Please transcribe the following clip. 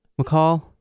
McCall